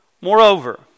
Moreover